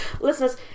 Listeners